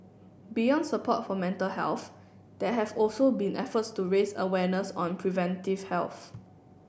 beyond support for mental health there have also been efforts to raise awareness on preventive health